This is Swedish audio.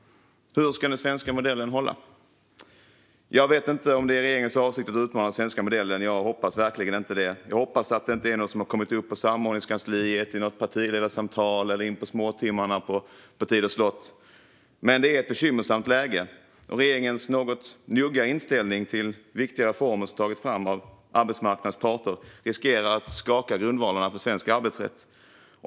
Hur ska den svenska modellen hålla? Jag vet inte om regeringens avsikt är att utmana den svenska modellen. Jag hoppas verkligen inte det. Jag hoppas att det inte är något som har kommit upp på samordningskansliet, i något partiledarsamtal eller in på småtimmarna på Tidö slott. Men det är ett bekymmersamt läge. Regeringens något njugga inställning till viktiga reformer som tagits fram av arbetsmarknadens parter riskerar att skaka grundvalarna för svensk arbetsrätt.